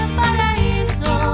paraíso